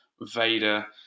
Vader